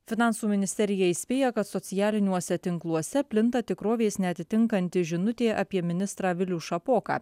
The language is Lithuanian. finansų ministerija įspėja kad socialiniuose tinkluose plinta tikrovės neatitinkanti žinutė apie ministrą vilių šapoką